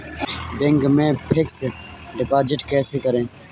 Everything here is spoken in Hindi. बैंक में फिक्स डिपाजिट कैसे करें?